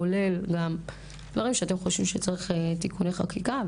כולל גם דברים שאתם חושבים שצריך תיקוני חקיקה,